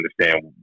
understand